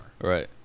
right